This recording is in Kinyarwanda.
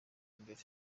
imbere